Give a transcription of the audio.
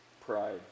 pride